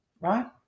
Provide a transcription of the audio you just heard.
right